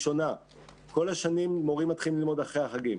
כל השנים מורים מתחילים ללמוד אחרי החגים.